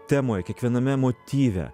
temoje kiekviename motyve